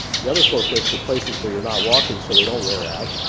the other four five are places where you're not walking, so they don't wear out.